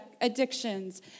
addictions